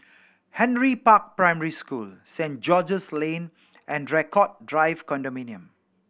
Henry Park Primary School Saint George's Lane and Draycott Drive Condominium